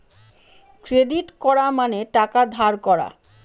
credit করা মানে টাকা ধার করা